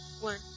One